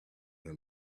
her